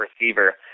receiver